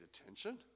attention